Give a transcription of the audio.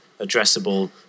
addressable